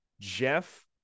Jeff